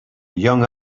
young